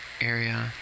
area